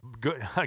good